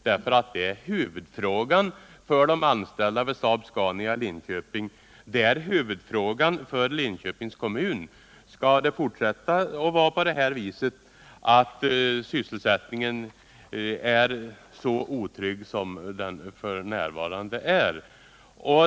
Det är en huvudfråga för de anställda vid Saab-Scania i Linköping. Det är huvudfrågan för Linköpings kommun, om det skall fortsätta med en så otrygg sysselsättning som f. n.